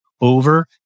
over